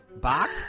Bach